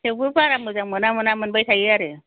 थेवब्लाबो बारा मोजां मोना मोना मोनबाय थायो आरो